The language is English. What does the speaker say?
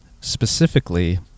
Specifically